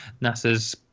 nasa's